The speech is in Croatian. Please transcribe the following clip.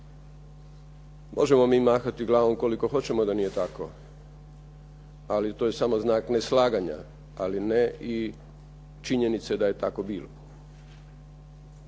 Možemo mi mahati glavom koliko hoćemo da nije tako, ali to je samo znak neslaganja, ali ne i činjenice da je tako bilo.